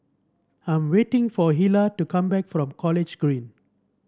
I'm waiting for Hilah to come back from College Green